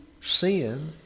Sin